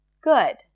good